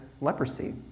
leprosy